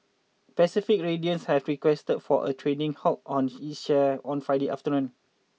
Pacific radiance had requested for a trading halt on its shares on Friday afternoon